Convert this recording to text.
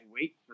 wait